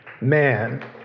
man